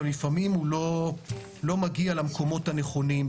אבל לפעמים הוא לא מגיע למקומות הנכונים.